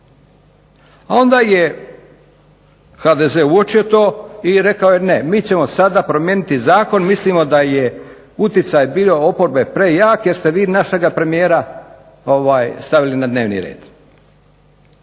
A onda je HDZ uočio to i rekao je ne, mi ćemo sada promijeniti zakon. Mislimo da je utjecaj bio oporbe prejak jer ste vi našega premijera stavili na dnevni red.